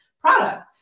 product